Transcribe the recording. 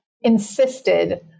insisted